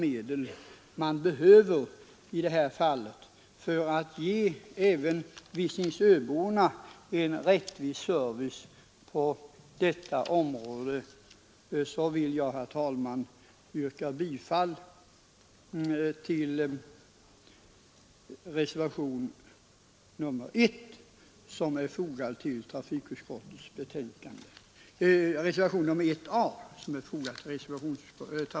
Det har emellertid blivit samma dåliga resultat. Herr talman! Jag yrkar bifall till reservationen 1 a.